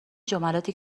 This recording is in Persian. جملاتی